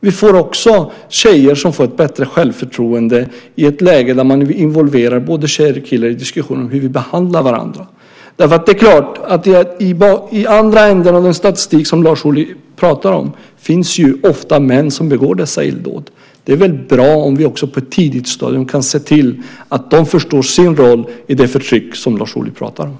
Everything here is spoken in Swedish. Vi får tjejer som får bättre självförtroende i ett läge där både tjejer och killar involveras i diskussionen om hur vi behandlar varandra. I andra änden av den statistik Lars Ohly pratar om finns ofta de män som begår dessa illdåd. Det är bra om vi också på ett tidigt stadium kan se till att de förstår sin roll i det förtryck som Lars Ohly pratar om.